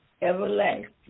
everlasting